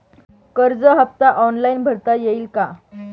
कर्ज हफ्ता ऑनलाईन भरता येईल का?